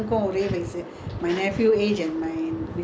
don't know for what I just bring him go jalan jalan down there lah